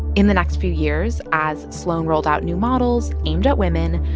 in the next few years, as sloan rolled out new models aimed at women,